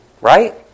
Right